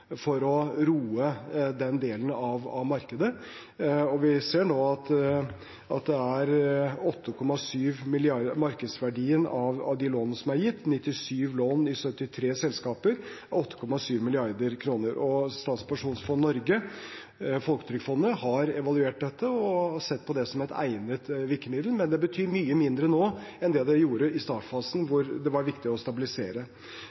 for å roe den delen av markedet. Vi ser nå at markedsverdien av de lånene som er gitt, 97 lån i 73 selskaper, er på 8,7 mrd. kr. Statens pensjonsfond Norge, Folketrygdfondet har evaluert dette og sett på det som et egnet virkemiddel, men det betyr mye mindre nå enn det gjorde i startfasen, da det var viktig å stabilisere.